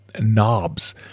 knobs